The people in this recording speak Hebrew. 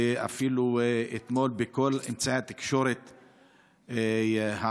אפילו אתמול בכל אמצעי התקשורת הערביים,